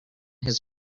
his